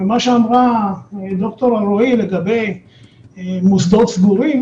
מה שאמרה ד"ר אלרעי לגבי מוסדות סגורים